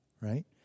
right